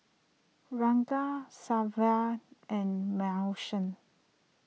Raegan Savana and Manson